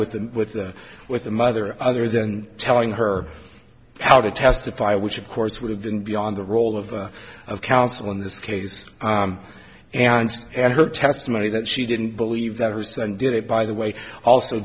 with them with the with the mother other than telling her how to testify which of course would have been beyond the role of of counsel in this case and and her testimony that she didn't believe that her son did it by the way also